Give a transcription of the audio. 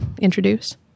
introduce